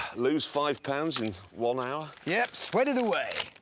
lose five pounds in one hour? yep, sweat it away!